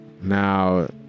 Now